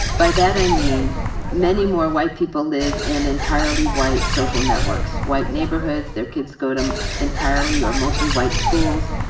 by that, i mean many more white people live in entirely white social networks, white neighborhoods. their kids go to entirely or mostly white schools.